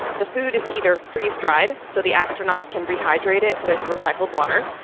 the food is either freeze-dried so the astronauts can rehydrate it with recycled water,